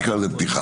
תקרא לזה פתיחה,